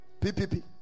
PPP